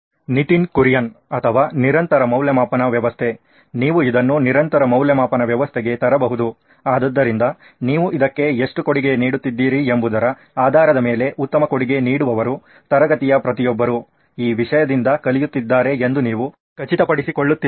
ನಿತಿನ್ ಕುರಿಯನ್ ಅಥವಾ ನಿರಂತರ ಮೌಲ್ಯಮಾಪನ ವ್ಯವಸ್ಥೆ ನೀವು ಇದನ್ನು ನಿರಂತರ ಮೌಲ್ಯಮಾಪನ ವ್ಯವಸ್ಥೆಗೆ ತರಬಹುದು ಆದ್ದರಿಂದ ನೀವು ಇದಕ್ಕೆ ಎಷ್ಟು ಕೊಡುಗೆ ನೀಡುತ್ತಿದ್ದೀರಿ ಎಂಬುದರ ಆಧಾರದ ಮೇಲೆ ಉತ್ತಮ ಕೊಡುಗೆ ನೀಡುವವರು ತರಗತಿಯ ಪ್ರತಿಯೊಬ್ಬರೂ ಈ ವಿಷಯದಿಂದ ಕಲಿಯುತ್ತಿದ್ದಾರೆ ಎಂದು ನೀವು ಖಚಿತಪಡಿಸಿಕೊಳ್ಳುತ್ತಿರುವಿರಿ